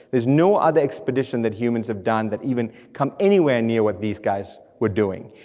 there's no other expedition that humans have done that even come anywhere near what these guys were doing,